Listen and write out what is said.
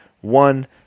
one